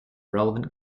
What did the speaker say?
relevant